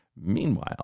Meanwhile